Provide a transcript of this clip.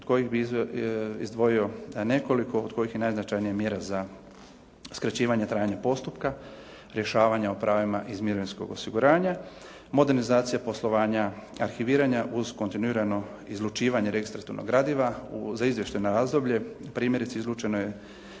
od kojih bih izdvojio nekoliko od kojih je najznačajnija mjera za skraćivanje trajanja postupka, rješavanja o pravima iz mirovinskog osiguranja, modernizacija poslovanja, arhiviranja uz kontinuirano izlučivanje registraturnog gradiva, za izvještajno razdoblje. Primjerice izlučeno je